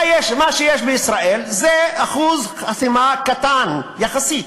מה שיש בישראל זה אחוז חסימה קטן יחסית,